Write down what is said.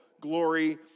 glory